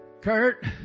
Kurt